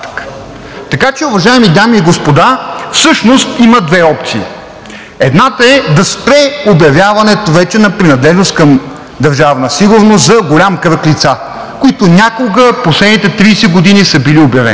Така че, уважаеми дами и господа, всъщност има две опции. Едната е да спре вече обявяването на принадлежност към Държавна сигурност за голям кръг лица, които някога в последните 30 години са били обявени,